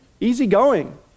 easygoing